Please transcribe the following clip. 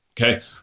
okay